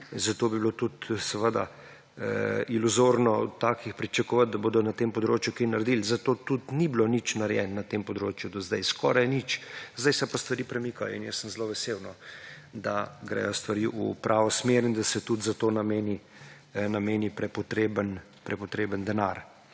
Zato bi bilo tudi iluzorno od takih pričakovati, da bodo na tem področju kaj narediti, zato tudi ni bilo nič narejenega na tem področju do zdaj. Skoraj nič, zdaj se pa stvari premikajo in sem zelo vesel, da gredo stvari v pravo smer in da se tudi za to nameni prepotreben denar.